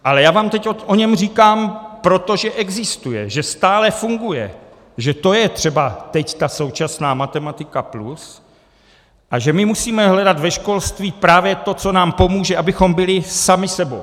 Ale já vám teď o něm říkám, protože existuje, že stále funguje, že to je třeba teď ta současná Matematika+ a že my musíme hledat ve školství právě to, co nám pomůže, abychom byli sami sebou.